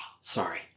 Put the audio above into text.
Sorry